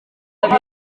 akaba